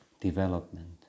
development